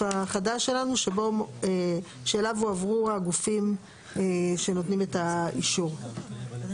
החדש שלנו שאליו הועברו הגופים שנותנים את האישור.